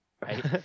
right